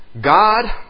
God